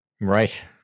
Right